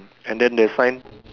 and then the sign